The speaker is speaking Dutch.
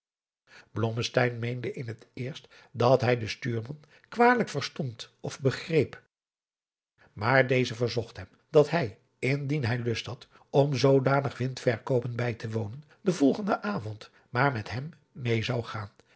meende in het eerst dat hij den stuurman kwalijk verstond of begreep maar deze verzocht hem dat hij indien hij lust had om zoodanig windverkoopen bij te wonen den volgenden avond maar met hem meê zou gaan